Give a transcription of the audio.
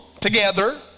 together